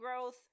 growth